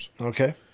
Okay